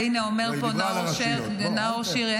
והינה אומר פה נאור שירי --- היא דיברה על הרשויות,